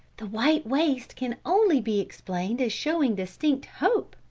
the white waist can only be explained as showing distinct hope!